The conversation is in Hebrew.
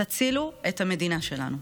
תצילו את המדינה שלנו.